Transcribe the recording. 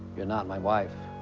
you're not my wife.